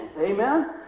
Amen